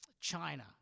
China